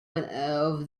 the